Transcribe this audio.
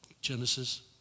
Genesis